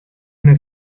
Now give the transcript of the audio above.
una